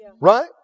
Right